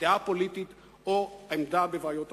דעה פוליטית או עמדה בבעיות אחרות".